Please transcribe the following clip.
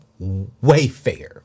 Wayfair